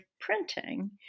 printing